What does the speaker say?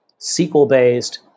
SQL-based